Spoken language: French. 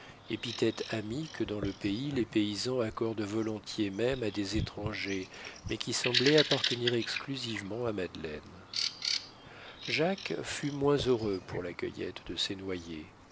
épithète amie que dans le pays les paysans accordent volontiers même à des étrangers mais qui semblait appartenir exclusivement à madeleine jacques fut moins heureux pour la cueillette de ses noyers